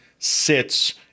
sits